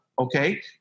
okay